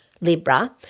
Libra